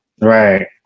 Right